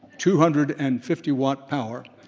two hundred and fifty watt power,